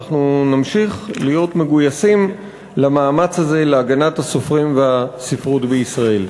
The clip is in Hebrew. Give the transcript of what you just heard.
ונמשיך להיות מגויסים למאמץ הזה להגנת הסופרים והספרות בישראל.